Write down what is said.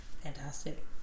fantastic